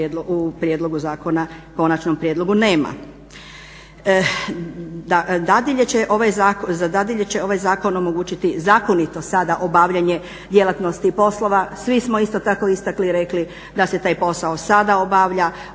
prijedlogu zakona, konačnom prijedlogu nema.